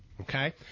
Okay